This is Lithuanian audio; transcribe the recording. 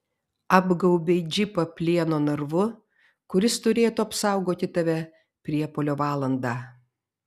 apgaubei džipą plieno narvu kuris turėtų apsaugoti tave priepuolio valandą